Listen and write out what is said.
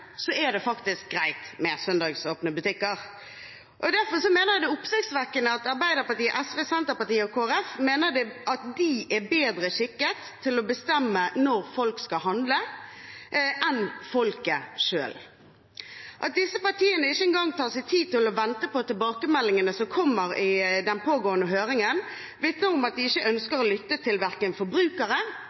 så er det greit med søndagsåpne butikker. Derfor mener jeg det er oppsiktsvekkende at Arbeiderpartiet, SV, Senterpartiet og Kristelig Folkeparti mener at de er bedre skikket til å bestemme når folk skal handle, enn folket selv. At disse partiene ikke engang tar seg tid til å vente på tilbakemeldingene som kommer i den pågående høringen, vitner om at de ikke ønsker å lytte til verken